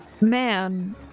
man